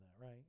right